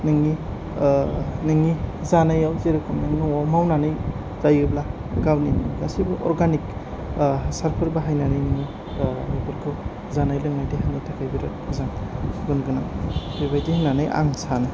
नोंनि नोंनि जानायाव जेरेखम नों मावनानै जायोब्ला गावनि गासिबो अर्गानिक हासारफोर बाहायनानैनो बेफोरखौ जानाय लोंनाय देहानि थाखाय बिरात मोजां गुन गोनां बेबायदि होननानै आं सानो